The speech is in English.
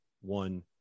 one